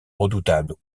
redoutables